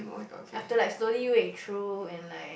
I have to like slowly wait through and like